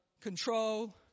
Control